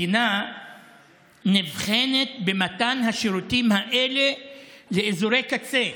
מדינה נבחנת במתן השירותים האלה לאזורי קצה: